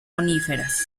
coníferas